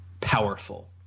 powerful